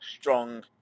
strong